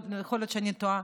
יכול להיות שאני טועה,